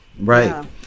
Right